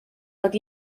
dod